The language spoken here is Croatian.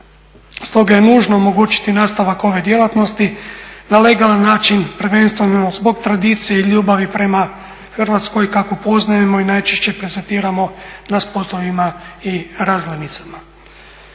Stoga je nužno omogućiti nastavak ove djelatnosti na legalan način, prvenstveno zbog tradicije i ljubavi prema Hrvatskoj kako poznajemo i najčešće prezentiramo na spotovima i razglednicama.